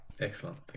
Excellent